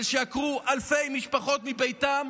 אבל כשעקרו אלפי משפחות מביתן,